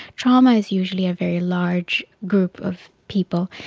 trauma is usually a very large group of people.